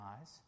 eyes